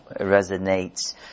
resonates